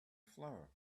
flower